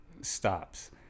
stops